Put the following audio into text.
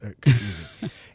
confusing